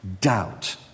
Doubt